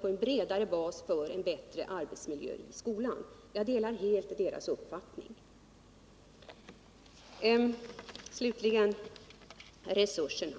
på en bredare bas för skapandet av en bättre arbetsmiljö i skolan. Jag delar helt deras uppfattning. Slutligen några ord om resurserna.